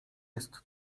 jest